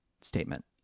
statement